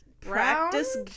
practice